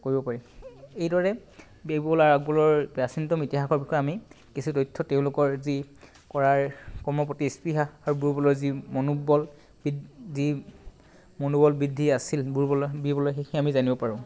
কৰিব পাৰি এইদৰে বীৰবল আৰু আকবৰৰ প্ৰাচীনতম ইতিহাসৰ বিষয়ে আমি কিছু তথ্য তেওঁলোকৰ যি কৰাৰ কৰ্মৰ প্ৰতি স্পৃহা আৰু বীৰবলৰ যি মনোবল বৃদ্ধি মনোবল বৃদ্ধি আছিল বোৰবলৰ বীৰবলৰ সেয়া আমি জানিব পাৰোঁ